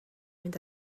mynd